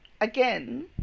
again